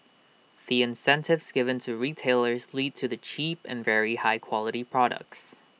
the incentives given to retailers lead to the cheap and very high quality products